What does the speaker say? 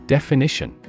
Definition